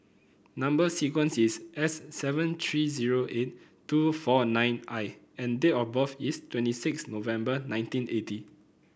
number sequence is S seven three zero eight two four nine I and date of birth is twenty six November nineteen eighty